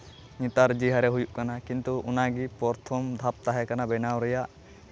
ᱱᱮᱛᱟᱨ ᱡᱮᱦᱟᱨᱮ ᱦᱩᱭᱩᱜ ᱠᱟᱱᱟ ᱠᱤᱱᱛᱩ ᱚᱱᱟᱜᱮ ᱯᱨᱚᱛᱷᱚᱢ ᱫᱷᱟᱯ ᱛᱟᱦᱮᱸ ᱠᱟᱱᱟ ᱵᱮᱱᱟᱣ ᱨᱮᱭᱟᱜ